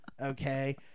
Okay